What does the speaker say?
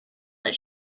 that